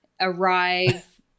arrive